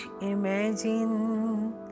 imagine